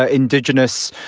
ah indigenous,